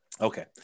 Okay